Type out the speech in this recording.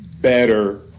better